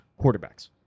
quarterbacks